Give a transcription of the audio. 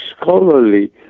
scholarly